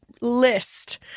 list